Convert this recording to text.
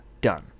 done